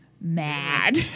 mad